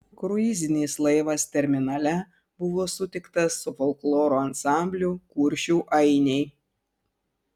kruizinis laivas terminale buvo sutiktas su folkloro ansambliu kuršių ainiai